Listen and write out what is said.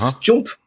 jump